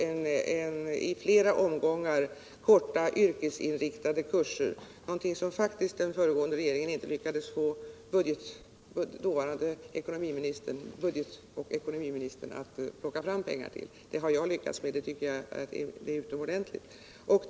Förslaget framfördes visserligen på grundval av ett utredningsarbete som uträttats under den socialdemokratiska regeringen, men detta har jag alltså lyckats med, och jag tycker att det är utomordentligt. Jag har sagt det många gånger tidigare, men det kanske är bäst att jag säger det nu också.